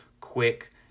quick